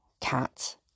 cat